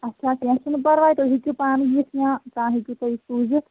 اَچھا کینٛہہ چھُنہٕ پَرواے تُہۍ ہیٚکِو پانہٕ یِتھ یا کانٛہہ ہیٚکِو تُہۍ سوٗزِتھ